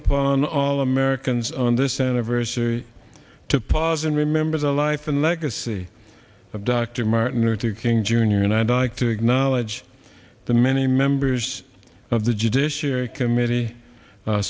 upon all americans on this anniversary to pause and remember the life and legacy of dr martin luther king jr and i'd like to acknowledge the many members of the judiciary committee